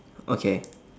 okay